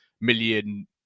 million